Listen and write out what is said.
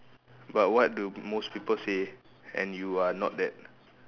but what do most people say and you are not that